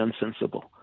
unsensible